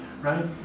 right